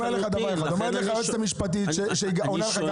אומרת לך היועצת המשפטית שהיא עונה לך גם